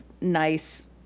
nice